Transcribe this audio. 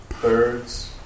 birds